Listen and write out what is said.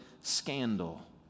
scandal